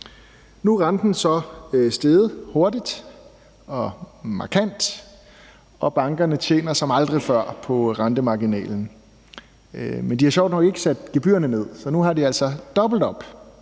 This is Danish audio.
Nu er renten så steget hurtigt og markant, og bankerne tjener som aldrig før på rentemarginalen. Men de har sjovt nok ikke sat gebyrerne ned, så nu har de altså dobbelt op,